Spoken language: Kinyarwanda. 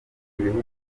ibihugu